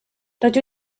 rydw